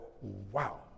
wow